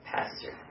Pastor